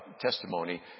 testimony